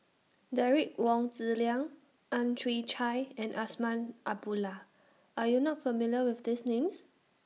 Derek Wong Zi Liang Ang Chwee Chai and Azman Abdullah Are YOU not familiar with These Names